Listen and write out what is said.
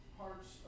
parts